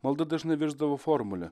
malda dažnai virsdavo formule